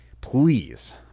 please